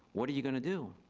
what are you gonna do?